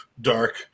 dark